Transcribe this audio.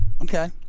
okay